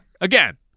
Again